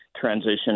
Transition